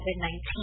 COVID-19